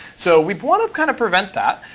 so we want to kind of prevent that.